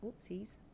oopsies